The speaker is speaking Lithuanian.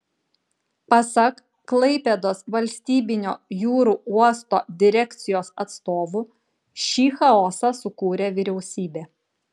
pasak klaipėdos valstybinio jūrų uosto direkcijos atstovų šį chaosą sukūrė vyriausybė